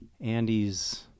Andy's